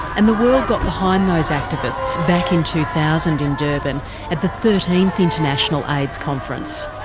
and the world got behind those activists back in two thousand in durban at the thirteenth international aids conference.